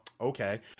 okay